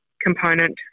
component